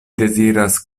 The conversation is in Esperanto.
deziras